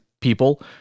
people